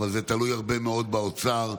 אבל זה תלוי הרבה מאוד באוצר.